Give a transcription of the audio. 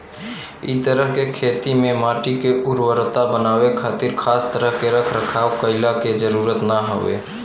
इ तरह के खेती में माटी के उर्वरता बनावे खातिर खास तरह के रख रखाव कईला के जरुरत ना हवे